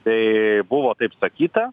tai buvo taip sakyta